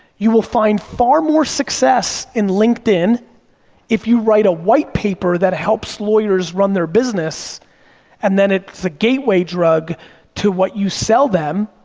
you will find far more success in linkedin if you write a white paper that helps lawyers run their business and then it's a gateway drug to what you sell them,